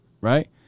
right